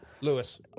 Lewis